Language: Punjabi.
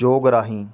ਯੋਗ ਰਾਹੀਂ